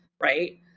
Right